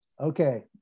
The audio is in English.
Okay